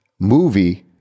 movie